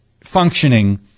functioning